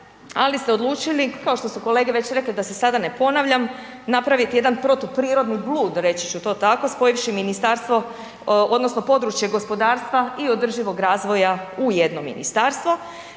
ali ste odlučili, kao što su kolege već rekle da se sada ne ponavljam, napraviti jedan protuprirodni blud, reći ću to tako, spojivši ministarstvo odnosno područje gospodarstva i održivog razvoja u jedno ministarstvo.